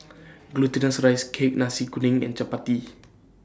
Glutinous Rice Cake Nasi Kuning and Chappati